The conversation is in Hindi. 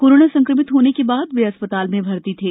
कोरोना संक्रमित होने के बाद वे अस्पताल में भर्ती थे